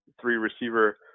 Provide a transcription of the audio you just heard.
three-receiver